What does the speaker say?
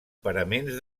paraments